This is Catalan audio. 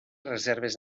reserves